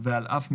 ועל אף מגבלות,